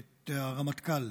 את הרמטכ"ל,